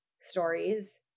stories